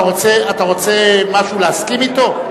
אתה רוצה משהו, להסכים אתו?